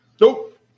Nope